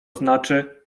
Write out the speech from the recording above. znaczy